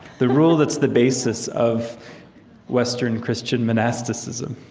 the rule that's the basis of western christian monasticism,